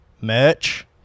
merch